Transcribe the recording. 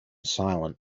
silent